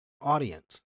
audience